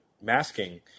masking